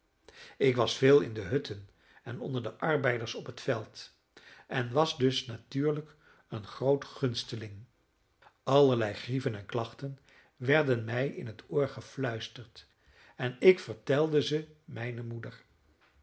ik was veel in de hutten en onder de arbeiders op het veld en was dus natuurlijk een groot gunsteling allerlei grieven en klachten werden mij in het oor gefluisterd en ik vertelde ze mijne moeder